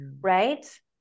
right